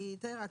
בקצרה.